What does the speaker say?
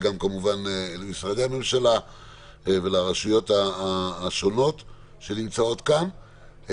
וגם כמובן למשרדי הממשלה ולרשויות השונות שנמצאות כאן.